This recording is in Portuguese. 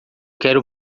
quero